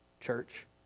church